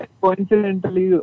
coincidentally